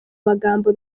magambo